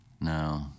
No